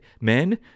Men